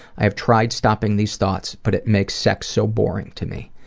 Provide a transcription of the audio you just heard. i have tried stopping these thoughts but it makes sex so boring to me.